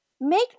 make